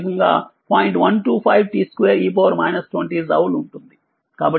125t2e 20tజౌల్ ఉంటుంది